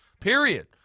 Period